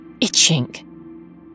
itching